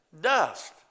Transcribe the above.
dust